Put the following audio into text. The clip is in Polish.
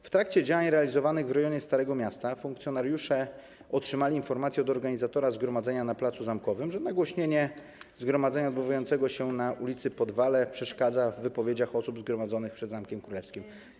W trakcie działań realizowanych w rejonie Starego Miasta funkcjonariusze otrzymali informację od organizatora zgromadzenia na placu Zamkowym, że nagłośnienie zgromadzenia odbywającego się na ul. Podwale przeszkadza w wypowiedziach osób zgromadzonych przed Zamkiem Królewskim.